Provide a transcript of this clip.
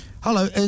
Hello